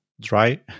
dry